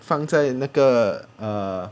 放在那个 err